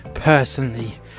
personally